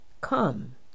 Come